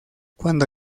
cuando